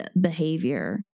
behavior